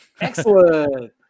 excellent